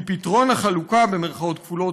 כי 'פתרון' החלוקה" במירכאות כפולות,